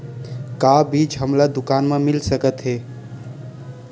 का बीज हमला दुकान म मिल सकत हे?